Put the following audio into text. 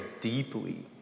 deeply